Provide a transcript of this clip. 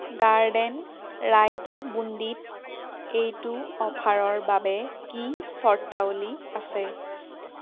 garden raita বুণ্ডিত এইটো অফাৰৰ বাবে কি চৰ্তাৱলী আছে